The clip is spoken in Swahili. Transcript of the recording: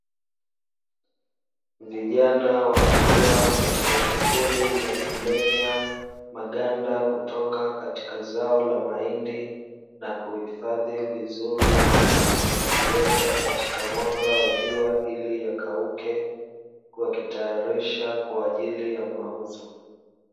Vijana wakiwa katika shughuli za kumenya maganda kutoka katika zao la mahindi na kuhifadhi vizuri, wakiweka katika mwanga wa jua ili yakauke, wakitayarisha kwa ajili ya mauzo.